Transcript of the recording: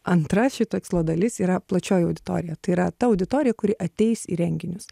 antra šio tikslo dalis yra plačioji auditorija tai yra ta auditorija kuri ateis į renginius